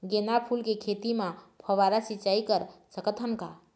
गेंदा फूल के खेती म फव्वारा सिचाई कर सकत हन का?